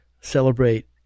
Celebrate